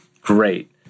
great